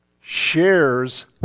shares